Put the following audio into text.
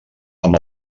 amb